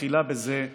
זהו